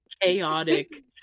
chaotic